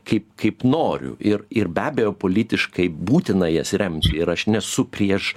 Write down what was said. kaip kaip noriu ir ir be abejo politiškai būtina jas remti ir aš nesu prieš